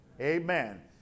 amen